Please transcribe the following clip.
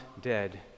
dead